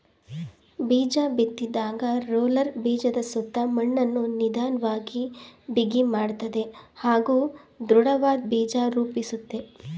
ಬೀಜಬಿತ್ತಿದಾಗ roller ಬೀಜದಸುತ್ತ ಮಣ್ಣನ್ನು ನಿಧನ್ವಾಗಿ ಬಿಗಿಮಾಡ್ತದೆ ಹಾಗೂ ದೃಢವಾದ್ ಬೀಜ ರೂಪಿಸುತ್ತೆ